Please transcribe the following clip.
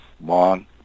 long